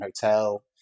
hotel